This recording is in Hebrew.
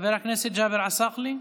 חבר הכנסת ג'אבר עסאקלה,